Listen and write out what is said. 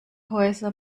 häuser